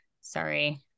sorry